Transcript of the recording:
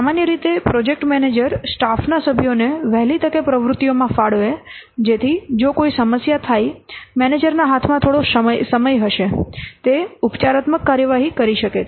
સામાન્ય રીતે project manager સ્ટાફના સભ્યોને વહેલી તકે પ્રવૃત્તિઓમાં ફાળવે જેથી જો કોઈ સમસ્યા થાય મેનેજરના હાથમાં થોડો સમય હશે તે ઉપચારાત્મક કાર્યવાહી કરી શકે છે